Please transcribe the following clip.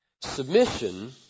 Submission